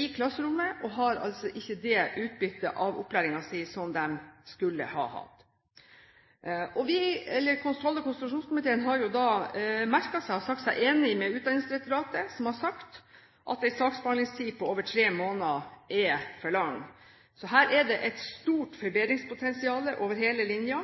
i klasserommet og ikke har det utbyttet av opplæringen som de skulle hatt. Kontroll- og konstitusjonskomiteen har merket seg, og sagt seg enig i det, at Utdanningsdirektoratet sier at en saksbehandlingstid på over tre måneder er for lang. Så her er det et stort forbedringspotensial over hele